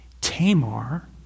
Tamar